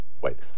Wait